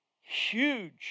huge